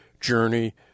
journey